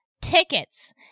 tickets